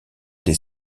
des